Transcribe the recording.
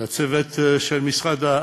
לצוות של משרד,